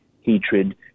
hatred